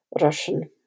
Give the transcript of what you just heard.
Russian